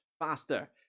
faster